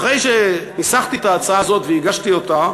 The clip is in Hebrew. אחרי שניסחתי את ההצעה הזאת והגשתי אותה